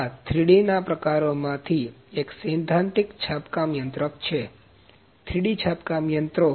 આ 3D ના પ્રકારોમાંથી એક સૈધ્ધાંતિક છાપકામ યંત્ર છે 3D છાપકામ યંત્રો